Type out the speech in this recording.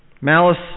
Malice